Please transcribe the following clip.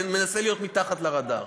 מנסה להיות מתחת לרדאר,